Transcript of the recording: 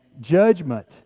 judgment